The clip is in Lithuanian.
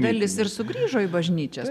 dalis ir sugrįžo į bažnyčias